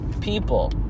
people